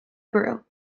grew